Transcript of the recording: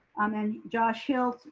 and josh hill,